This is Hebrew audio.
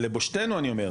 ולבושתנו אני אומר,